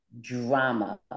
drama